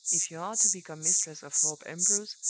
if you are to become mistress of thorpe ambrose,